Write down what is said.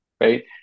Right